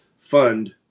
fund